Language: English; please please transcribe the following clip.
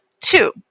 Two